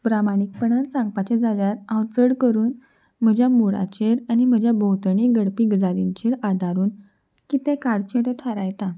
प्रामाणीकपणान सांगपाचें जाल्यार हांव चड करून म्हज्या मुडाचेर आनी म्हज्या भोंवतणी घडपी गजालींचेर आदारून कितें काडचे ते थारायता